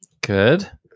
Good